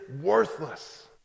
worthless